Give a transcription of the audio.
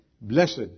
Blessed